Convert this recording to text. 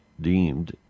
deemed